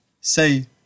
Say